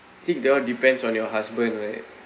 think girls depends on your husband right